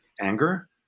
anger